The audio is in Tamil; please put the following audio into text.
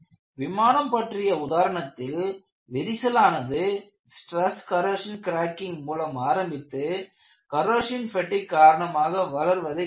விமானம் பற்றிய உதாரணத்தில் விரிசலானது ஸ்ட்ரெஸ் கரோஷன் கிராக்கிங் மூலம் ஆரம்பித்து கரோஷன் பெடிக் காரணமாக வளர்வதை கண்டோம்